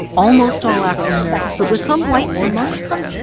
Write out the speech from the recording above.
almost all african americans but with some whites amongst them.